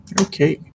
Okay